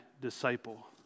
disciple